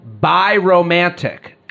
bi-romantic